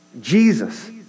Jesus